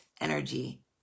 energy